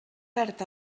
perd